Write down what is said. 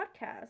podcast